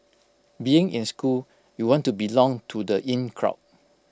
being in school you want to belong to the in crowd